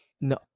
no